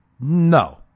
No